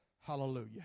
Hallelujah